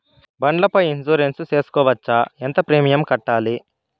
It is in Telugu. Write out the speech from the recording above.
బండ్ల పై ఇన్సూరెన్సు సేసుకోవచ్చా? ఎంత ప్రీమియం కట్టాలి?